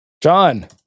John